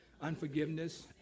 unforgiveness